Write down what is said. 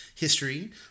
History